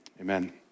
amen